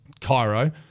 cairo